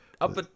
Up